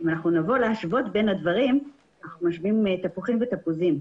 אם אנחנו נבוא להשוות בין הדברים זה כמו להשוות תפוחים ותפוזים.